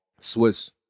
swiss